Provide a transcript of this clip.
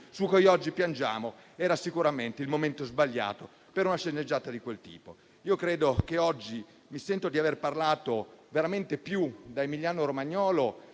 su cui oggi piangiamo, era sicuramente il momento sbagliato per una sceneggiata di quel tipo. Oggi mi sento di aver parlato veramente più da emiliano-romagnolo